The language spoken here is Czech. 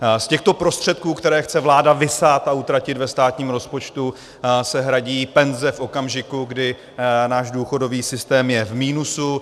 Z těchto prostředků, které chce vláda vysát a utratit ve státním rozpočtu, se hradí penze v okamžiku, kdy je náš důchodový systém v minusu.